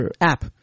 app